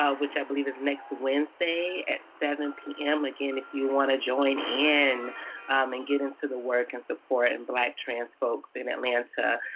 ah which i believe is next wednesday. at seven zero pm. again, if you want to join in and get into the work, and support and black trans folks in atlanta,